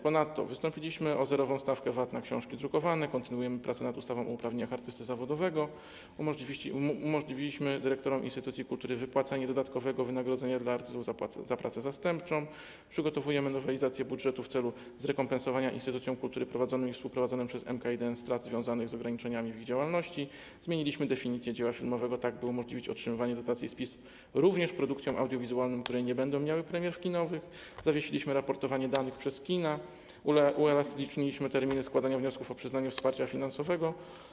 Ponadto wystąpiliśmy o zerową stawkę VAT na książki drukowane, kontynuujemy prace nad ustawą o uprawnieniach artysty zawodowego, umożliwiliśmy dyrektorom instytucji kultury wypłacanie dodatkowego wynagrodzenia dla artystów za pracę zastępczą, przygotowujemy nowelizację budżetu w celu zrekompensowania instytucjom kultury prowadzonym i współprowadzonym przez MKiDN strat związanych z ograniczeniami w ich działalności, zmieniliśmy definicję dzieła filmowego, tak by umożliwić otrzymywanie dotacji z PISF również produkcjom audiowizualnym, które nie będą miały premier kinowych, zawiesiliśmy raportowanie danych przez kina, uelastyczniliśmy terminy składania wniosków o przyznanie wsparcia finansowego.